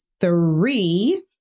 three